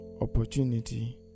opportunity